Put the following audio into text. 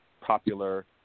popular